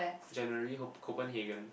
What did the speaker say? January ho~ Copenhagen